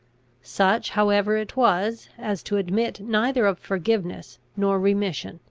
such however it was, as to admit neither of forgiveness nor remission.